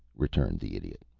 returned the idiot.